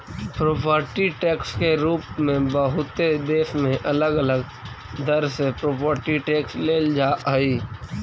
property tax के रूप में बहुते देश में अलग अलग दर से प्रॉपर्टी टैक्स लेल जा हई